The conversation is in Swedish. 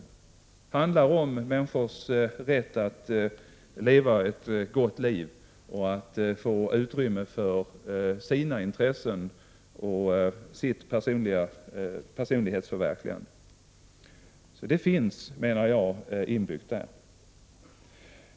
Den handlar om människors rätt att leva ett gott liv och att få utrymme för sina intressen och sitt personlighetsförverkligande. Valfriheten finns alltså, menar jag, inbyggd där.